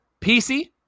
PC